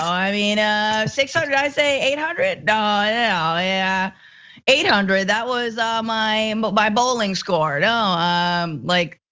i mean ah six hundred i say eight hundred dollars yeah eight hundred, that was um and but my bowling score. no ah um like,